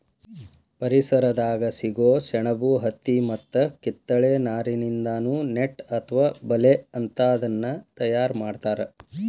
ಪರಿಸರದಾಗ ಸಿಗೋ ಸೆಣಬು ಹತ್ತಿ ಮತ್ತ ಕಿತ್ತಳೆ ನಾರಿನಿಂದಾನು ನೆಟ್ ಅತ್ವ ಬಲೇ ಅಂತಾದನ್ನ ತಯಾರ್ ಮಾಡ್ತಾರ